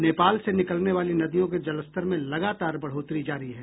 नेपाल से निकलने वाली नदियों के जलस्तर में लगातार बढ़ोतरी जारी है